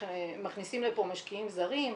מכניסים לפה משקיעים זרים.